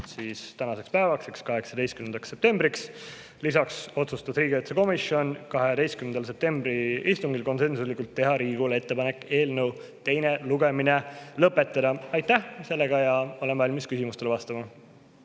tänaseks päevaks, 18. septembriks. Lisaks otsustas riigikaitsekomisjon 12. septembri istungil konsensuslikult teha Riigikogule ettepaneku eelnõu teine lugemine lõpetada. Aitäh! Olen valmis küsimustele vastama.